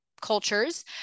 cultures